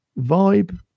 vibe